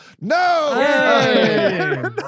No